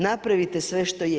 Napravite sve što je.